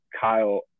kyle